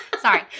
Sorry